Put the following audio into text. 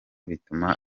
bituma